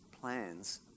plans